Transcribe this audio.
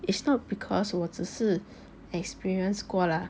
it's not because 我只是 experience 过 lah